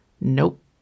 Nope